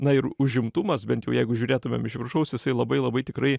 na ir užimtumas bent jau jeigu žiūrėtumėm iš viršaus jisai labai labai tikrai